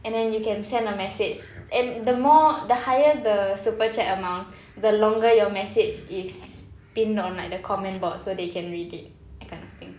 and then you can send a message and the more the higher the super chat amount the longer your message is pinned on like the comment board so they can read it that kind of thing